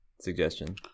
suggestion